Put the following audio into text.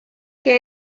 que